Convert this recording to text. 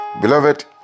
Beloved